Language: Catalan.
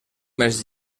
més